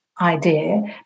idea